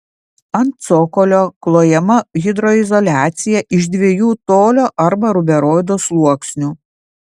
ant cokolio klojama hidroizoliacija iš dviejų tolio arba ruberoido sluoksnių